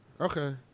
Okay